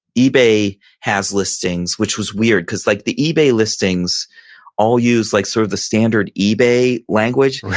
ebay has listings, which was weird. because like the ebay listings all use like sort of the standard ebay language.